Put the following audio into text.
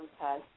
Okay